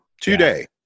Today